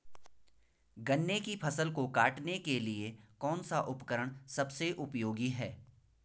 गन्ने की फसल को काटने के लिए कौन सा उपकरण सबसे उपयोगी है?